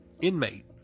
inmate